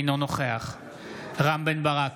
אינו נוכח רם בן ברק,